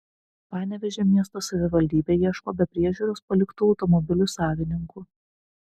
panevėžio miesto savivaldybė ieško be priežiūros paliktų automobilių savininkų